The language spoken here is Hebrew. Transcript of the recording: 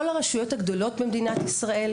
כל הרשויות הגדולות במדינת ישראל,